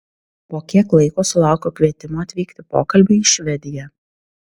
po kiek laiko sulaukiau kvietimo atvykti pokalbiui į švediją